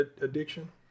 addiction